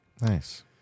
Nice